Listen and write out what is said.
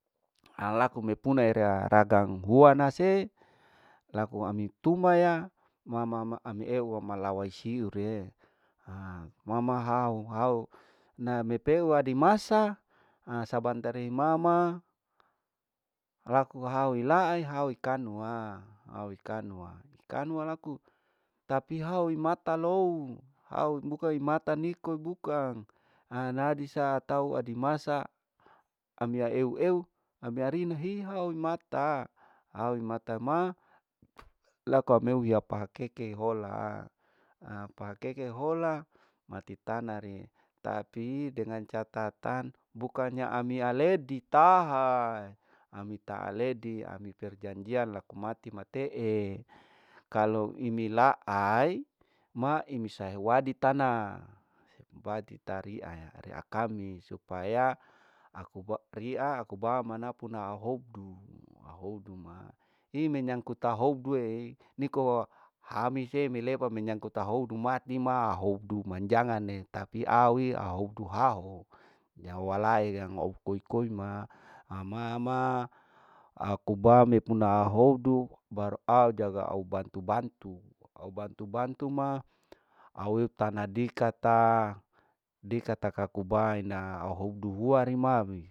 Alaku epuna ragang kuanase laku ami tuma ya mama ma ami ewalah malawai siu re, ha mama hau hau inamepewa dimasa aasabantare di mama laku hau ilai hau ikanuwa hau ikanuwa, ikanuwa laku tapi hau imata lou, au bukan imata niko bukan anadi saa tau adi masa amia eu eu amia rihihau imatta, au imatta ma laku amneu yapakeke hola, ha yapakeke hola mati tanari tapi dengan catatan bukannya ami aledi taha ami taha ledi ami perjanjian laku mati matee kalau imi laai ma ini sahe wadi tana pati tariaaya kami supaya aku bakria aku ma mana punahoudu, punahoudu ma hii menyangkut tahouduee niko ami semelepa menyangkut tahoudu matima houdu matima houdu manjanganepati awi audu haho. yawai yang au koi koi ma mama ma aku bame puna heudu baru ajaga au bantu bantu au bantu bantu ma aue tana dikata dikata kakobaina hahoudu riya rimami.